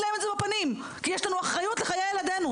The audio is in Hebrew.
להם את זה בפנים שיש לנו אחריות על חיי ילדינו,